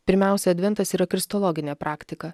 pirmiausia adventas yra kristologinė praktika